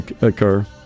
occur